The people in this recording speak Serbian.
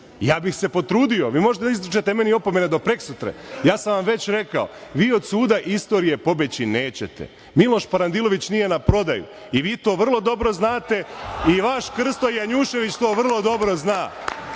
Ja bih se potrudio. Vi možete meni da izričete meni opomene do prekosutra, ja sam vam već rekao, vi od suda istorije pobeći nećete. Miloš Parandilović nije na prodaju i vi to vrlo dobro znate i vaš Krsto Janjušević to vrlo dobro zna.